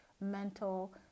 mental